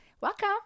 Welcome